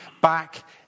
back